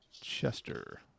Chester